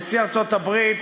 נשיא ארצות-הברית,